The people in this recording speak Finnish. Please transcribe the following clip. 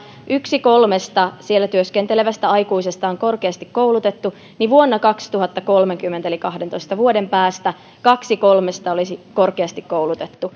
yksi kolmesta siellä työskentelevästä aikuisesta on korkeasti koulutettu niin vuonna kaksituhattakolmekymmentä eli kahdentoista vuoden päästä kaksi kolmesta olisi korkeasti